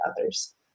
others